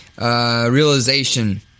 realization